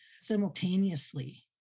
simultaneously